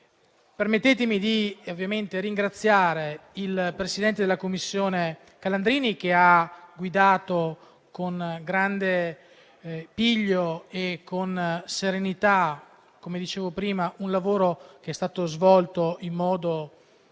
Permettetemi di ringraziare il presidente della Commissione Calandrini, che ha guidato con grande piglio e con serenità - come dicevo prima - un lavoro che è stato svolto in modo